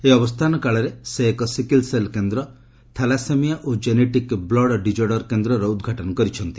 ଏହି ଅବସ୍ଥାନ କାଳରେ ସେ ଏକ ସିକିଲ୍ସେଲ୍ କେନ୍ଦ୍ର ଥାଲାସେମିଆ ଓ ଜେନେଟିକ୍ ବ୍ଲଡ୍ ଡକର୍ଡର କେନ୍ଦ୍ର ଉଦ୍ଘାଟନ କରିଛନ୍ତି